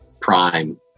prime